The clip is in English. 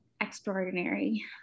Extraordinary